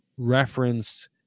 reference